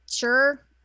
sure